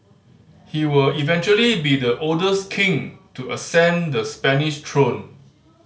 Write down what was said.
he will eventually be the oldest king to ascend the Spanish throne